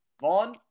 Vaughn